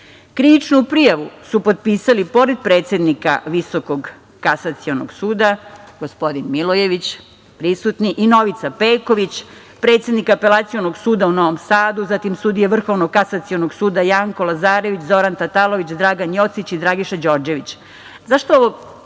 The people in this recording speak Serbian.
prijavu su potpisali, pored predsednika Visokog kasacionog suda gospodin Milojević, prisutni i Novica Pejković, predsednik Apelacionog suda u Novom Sadu, zatim sudija Vrhovnog kasacionog suda Janko Lazarević, Zoran Tatalović, Dragan Jocić i Dragiša Đorđević.Zašto ovo čitam